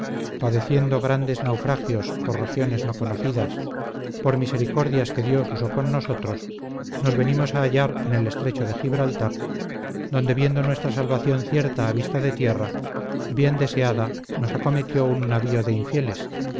padeciendo grandes naufragios por regiones no conocidas por misericordias que dios usó con nosotros nos venimos a hallar en el estrecho de gibraltar donde viendo nuestra salvación cierta a vista de tierra bien deseada nos acometió un navío de infieles